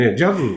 jazz